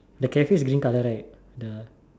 the Cafe is green color right the